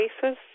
cases